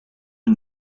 who